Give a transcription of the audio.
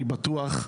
אני בטוח,